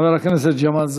חבר הכנסת ג'מאל זחאלקה,